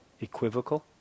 Equivocal